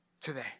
today